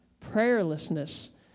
prayerlessness